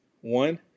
one